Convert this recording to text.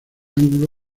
ángulo